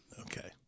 Okay